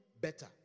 better